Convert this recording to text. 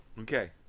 Okay